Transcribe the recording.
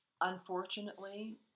unfortunately